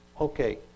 Okay